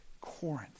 Corinth